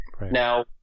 Now